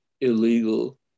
illegal